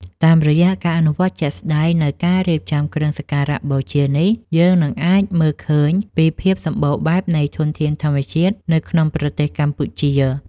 តាមរយៈការអនុវត្តជាក់ស្តែងនូវការរៀបចំគ្រឿងសក្ការបូជានេះយើងនឹងអាចមើលឃើញពីភាពសម្បូរបែបនៃធនធានធម្មជាតិនៅក្នុងប្រទេសកម្ពុជាយើង។